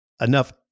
enough